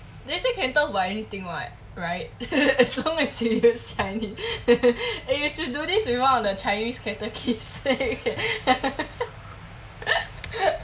they say can talk about anything what right as long as it is chinese eh you should do this with one of the chinese character